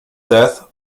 death